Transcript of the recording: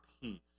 peace